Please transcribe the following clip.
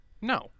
No